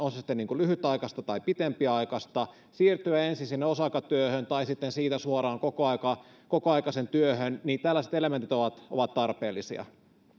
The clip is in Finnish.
on se sitten lyhytaikaista tai pitempiaikaista siirtyä ensin sinne osa aikatyöhön tai sitten siitä suoraan kokoaikaiseen työhön niin tällaiset elementit ovat ovat tarpeellisia